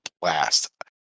blast